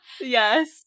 Yes